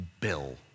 bill